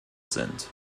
sind